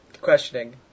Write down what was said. questioning